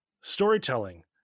Storytelling